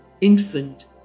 infant